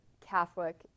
Catholic